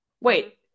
Wait